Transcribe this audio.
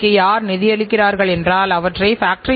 இப்போது உற்பத்தித்திறனைக் கட்டுப்படுத்துவது குறித்து பார்ப்போம்